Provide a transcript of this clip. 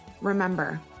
Remember